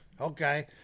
okay